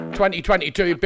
2022